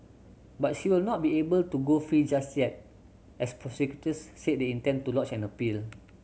but she will not be able to go free just yet as prosecutors said they intend to lodge an appeal